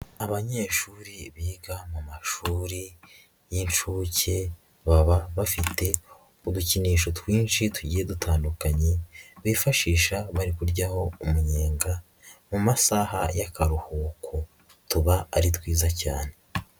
Abanyeshuri biga mu mashuri y'inshuke baba bafite udukinisho twinshi tugiye dutandukanye bifashisha bari kuryaho umunyenga mu masaha y'akaruhuko, tuba ari twiza cyane.